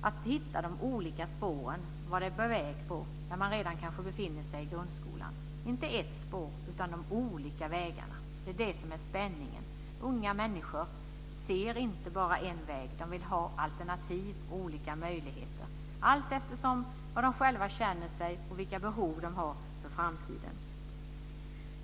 att hitta de olika spår man är på väg på när man kanske redan befinner sig i grundskolan, inte ett spår utan de olika vägarna. Det är det som är spänningen. Unga människor ser inte bara en väg, de vill ha alternativ och olika möjligheter alltefter hur de själva känner sig och vilka behov de har för framtiden.